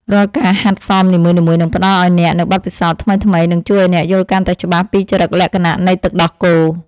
រាល់ការហាត់សមនីមួយៗនឹងផ្តល់ឱ្យអ្នកនូវបទពិសោធន៍ថ្មីៗ និងជួយឱ្យអ្នកយល់កាន់តែច្បាស់ពីចរិតលក្ខណៈនៃទឹកដោះគោ។